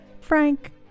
frank